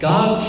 God